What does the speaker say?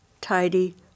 tidy